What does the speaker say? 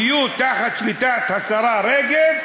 יהיו תחת שליטת השרה רגב,